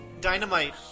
Dynamite